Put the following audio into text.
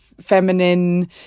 feminine